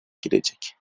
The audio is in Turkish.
girecek